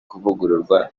kuvugururwa